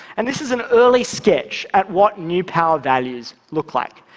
and this is an early sketch at what new power values look like.